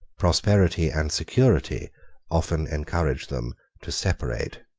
prosperity and security often encourage them to separate.